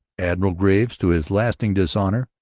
admiral graves, to his lasting dishonour,